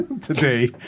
Today